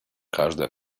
каждое